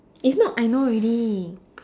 if not I know already